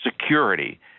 security